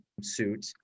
suit